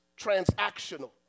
transactional